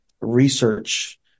research